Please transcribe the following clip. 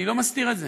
אני לא מסתיר את זה.